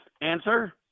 answer